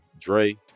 Dre